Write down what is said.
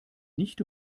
nicht